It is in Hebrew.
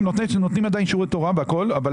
זה רק